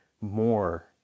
more